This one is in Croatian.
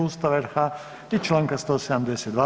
Ustava RH i Članka 172.